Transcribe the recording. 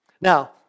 Now